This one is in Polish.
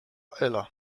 ela